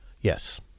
Yes